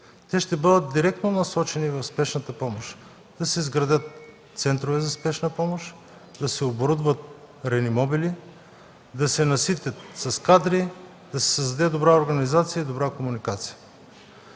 Те ще бъдат директно насочени в Спешната помощ – да се изградят центрове за Спешна помощ, да се оборудват реанимобили, да се наситят с кадри, да се създаде добра организация и добра комуникация.